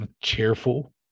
cheerful